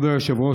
כבוד היושב-ראש,